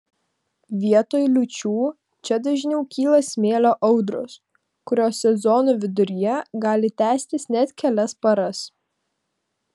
vietoj liūčių čia dažniau kyla smėlio audros kurios sezono viduryje gali tęstis net kelias paras